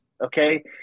Okay